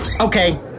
Okay